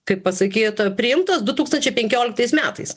kaip pasakyt priimtas du tūkstančiai penkioliktais metais